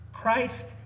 Christ